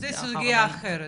זה סוגיה אחרת,